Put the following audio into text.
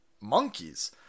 monkeys